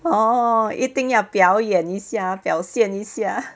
orh 一定要表演一下表现一下